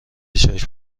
چشم